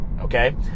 okay